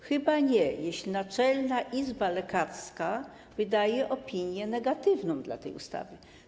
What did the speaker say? Chyba nie, jeśli Naczelna Izba Lekarska wydaje opinię negatywną dla tej ustawy.